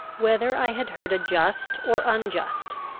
whether i had heard a just or unjust,